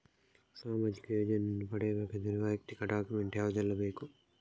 ಸಾಮಾಜಿಕ ಯೋಜನೆಯನ್ನು ಪಡೆಯಬೇಕಾದರೆ ವೈಯಕ್ತಿಕ ಡಾಕ್ಯುಮೆಂಟ್ ಯಾವುದೆಲ್ಲ ಬೇಕು?